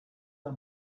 her